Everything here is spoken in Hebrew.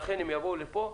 ולכן הם יבואו לפה.